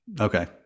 Okay